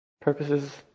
purposes